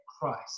christ